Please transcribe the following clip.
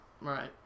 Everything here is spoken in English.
Right